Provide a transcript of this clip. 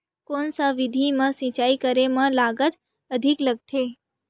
कोन सा विधि म सिंचाई करे म लागत अधिक लगथे?